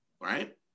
right